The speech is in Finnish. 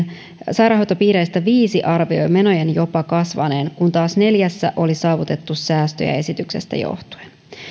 sairaanhoitopiireistä viisi arvioi menojen jopa kasvaneen kun taas neljässä oli saavutettu säästöjä esityksestä johtuen